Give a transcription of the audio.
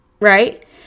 right